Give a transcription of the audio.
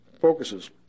focuses